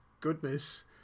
goodness